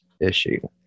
issue